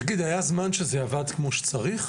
תגיד, היה זמן שזה עבד כמו שצריך?